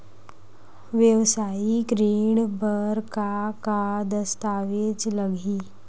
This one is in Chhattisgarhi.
वेवसायिक ऋण बर का का दस्तावेज लगही?